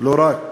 לא רק,